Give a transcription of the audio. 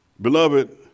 Beloved